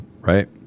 right